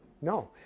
No